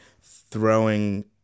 throwing